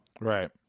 Right